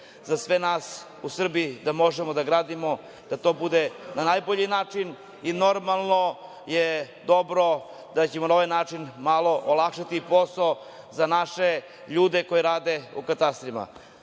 za sve nas u Srbiji, da možemo da gradimo da to bude na najbolji način i normalno je dobro da ćemo na ovaj način malo olakšati posao za naše ljude koji rade u katastrima. Još